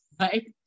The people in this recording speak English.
right